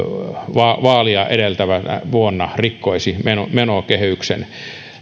vaaleja edeltävänä vuonna rikkoisi menokehyksen